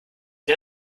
der